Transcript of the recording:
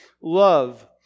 love